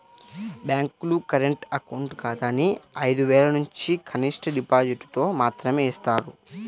బ్యేంకులు current account ఖాతాని ఐదు వేలనుంచి కనిష్ట డిపాజిటుతో మాత్రమే యిస్తాయి